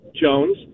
Jones